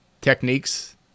techniques